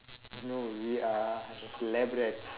no we are lab rats